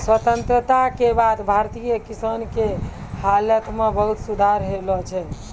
स्वतंत्रता के बाद भारतीय किसान के हालत मॅ बहुत सुधार होलो छै